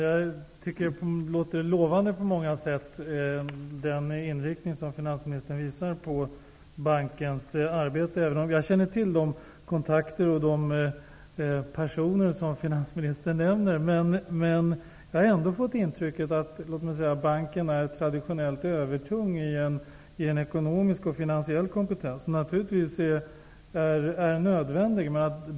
Herr talman! Jag tycker att det som finansministern pekar på när det gäller inriktningen på bankens arbete på många sätt låter lovande, och jag känner till de personer som finansministern nämnde. Men jag har ändå fått intrycket att banken är traditionellt övertung i en ekonomisk och finansiell kompetens, som naturligtvis är nödvändig.